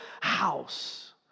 house